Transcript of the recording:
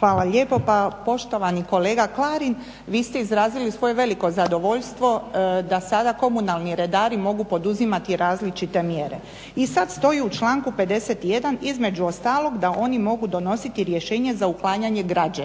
Branka (HDZ)** Pa poštovani kolega Klarin, vi ste izrazili svoje veliko zadovoljstvo da sada komunalni redari mogu poduzimati različite mjere i sad stoji u članku 51.između ostalog da oni mogu donositi rješenje za uklanjanje građevine.